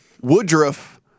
Woodruff